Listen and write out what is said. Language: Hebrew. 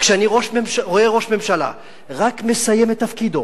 כשאני רואה ראש ממשלה רק מסיים את תפקידו,